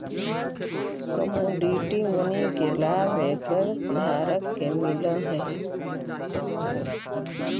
commodity money के लाभ एकर धारक के मिलऽ हई